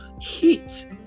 heat